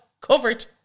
covered